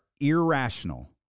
irrational